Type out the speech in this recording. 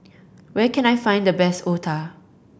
where can I find the best otah